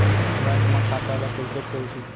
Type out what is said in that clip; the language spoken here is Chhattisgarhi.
बैंक म खाता ल कइसे खोलथे?